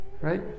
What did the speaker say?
Right